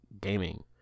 gaming